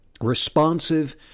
responsive